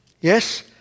Yes